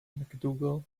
macdougall